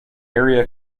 area